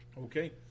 Okay